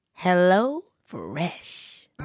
HelloFresh